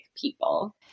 people